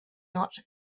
not